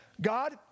God